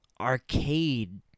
arcade